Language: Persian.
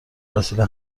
وسیله